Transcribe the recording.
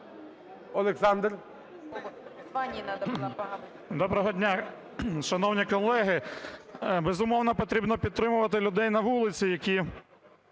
О.І. Доброго дня, шановні колеги! Безумовно, потрібно підтримувати людей на вулиці, які